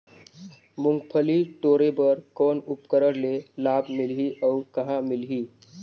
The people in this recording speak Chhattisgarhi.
मुंगफली टोरे बर कौन उपकरण ले लाभ मिलही अउ कहाँ मिलही?